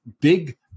big